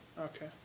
Okay